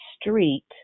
street